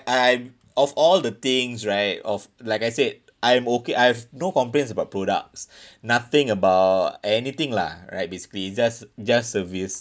I of all the things right off like I said I'm okay I've no complains about products nothing about anything lah right basically just just service